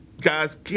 guys